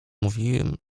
mówiłem